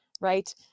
right